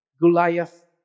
Goliath